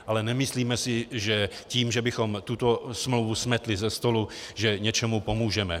Ale nemyslíme si, že tím, že bychom tuto smlouvu smetli ze stolu, něčemu pomůžeme.